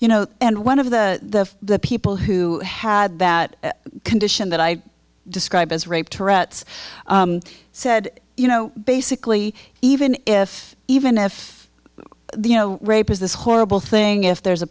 you know and one of the people who had that condition that i describe as rape tourettes said you know basically even if even if the you know rape is this horrible thing if there's a